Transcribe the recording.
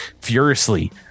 furiously